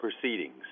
proceedings